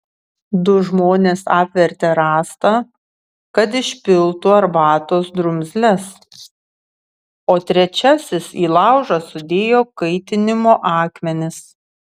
du žmonės apvertė rąstą kad išpiltų arbatos drumzles o trečiasis į laužą sudėjo kaitinimo akmenis